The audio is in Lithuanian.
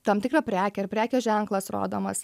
tam tikrą prekę ar prekės ženklas rodomas